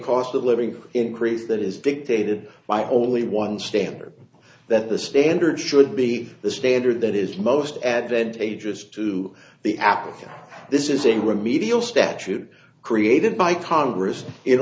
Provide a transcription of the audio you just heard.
cost of living increase that is dictated by only one standard that the standard should be the standard that is most advantageous to the applicant this is a remedial statute created by congress in